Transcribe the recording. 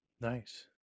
Nice